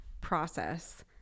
process